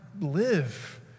live